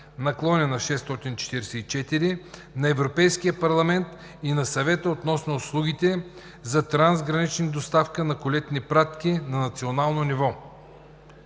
(ЕС) 2018/644 на Европейския парламент и на Съвета относно услугите за трансгранична доставка на колетни пратки на национално ниво.